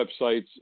websites